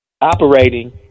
operating